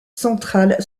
central